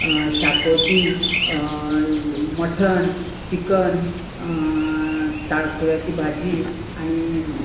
शाकोती mutton chicken ताळखुळ्याची भाजी आनी